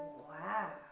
wow,